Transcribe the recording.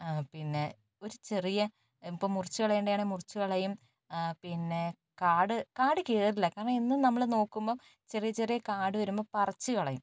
പിന്നെ ഒരു ചെറിയ ഇപ്പൊൾ മുറിച്ച് കളയേണ്ടതാണെങ്കിൽ മുറിച്ച കയറില്ല കാരണം നമ്മള് എന്നും നോക്കുമ്പോൾ ചെറിയ ചെറിയ കാട് വരുമ്പോൾ പറിച്ച് കളയും